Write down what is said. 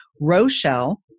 Rochelle